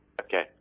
Okay